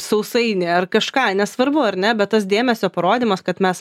sausainį ar kažką nesvarbu ar ne bet tas dėmesio parodymas kad mes